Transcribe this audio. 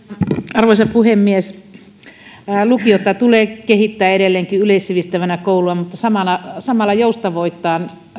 arvoisa puhemies lukiota tulee kehittää edelleenkin yleissivistävänä kouluna mutta samalla samalla joustavoittaa